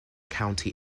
county